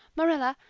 marilla,